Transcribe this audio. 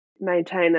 maintain